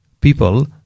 people